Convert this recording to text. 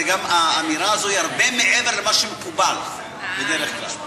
האמירה הזאת היא הרבה מעבר למה שמקובל בדרך כלל.